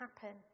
happen